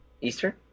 Eastern